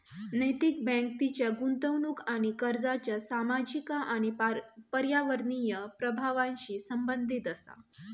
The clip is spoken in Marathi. नैतिक बँक तिच्या गुंतवणूक आणि कर्जाच्या सामाजिक आणि पर्यावरणीय प्रभावांशी संबंधित असा